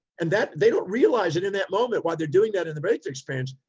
and that they don't realize it in that moment while they're doing that in the breakthrough experience,